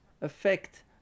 affect